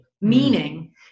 meaning